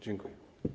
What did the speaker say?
Dziękuję.